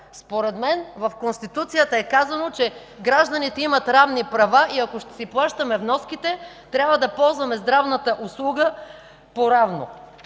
Според мен в Конституцията е казано, че гражданите имат равни права и ако ще си плащаме вноските, трябва да ползваме здравната услуга поравно.